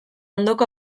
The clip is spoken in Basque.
ondoko